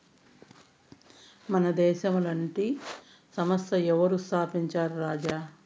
మన దేశంల టీ సంస్థ ఎవరు స్థాపించారు రాజా